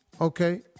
Okay